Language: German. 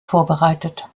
vorbereitet